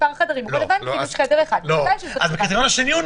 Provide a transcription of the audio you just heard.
אבל אז הוא נופל בקריטריון השני.